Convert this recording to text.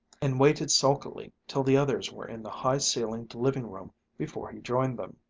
and waited sulkily till the others were in the high-ceilinged living-room before he joined them.